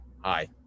hi